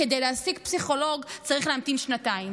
כדי להשיג פסיכולוג צריך להמתין שנתיים.